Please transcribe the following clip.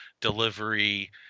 delivery